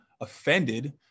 offended